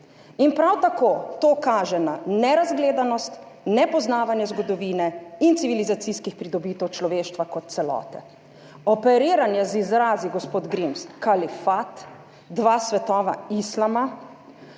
in prav tako to kaže na nerazgledanost, nepoznavanje zgodovine in civilizacijskih pridobitev človeštva kot celote. Operiranje z izrazi gospod Grims: kalifat, dva svetova islama